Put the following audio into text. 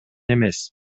эмес